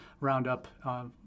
roundup